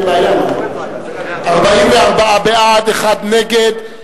על מנת שהיא תקבע איזו ועדה תדון בנושא הזה בצורה רצינית.